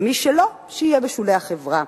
ומי שלא, שיהיה בשולי החברה,